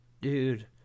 dude